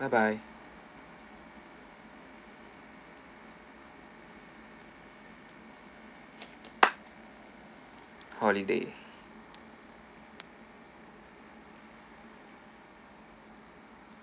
bye bye holiday